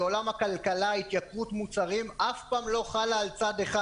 בעולם הכלכלה התייקרות מוצרים אף פעם לא חלה על צד אחד.